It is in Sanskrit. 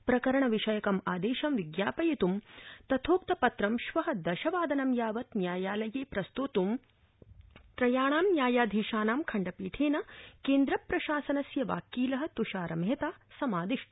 प्रकरण विषयकं आदेशं विज्ञापयित् तथोक्तपत्रं श्व दशवादनं यावत् न्यायालये प्रस्तोत् त्रयाणां न्यायाधीशानां खण्डपीठेन केन्द्र प्रशासनस्य वाक्कील तृषार मेहता समादिष्ट